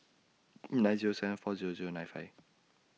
nine Zero seven four Zero Zero nine five